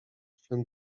twym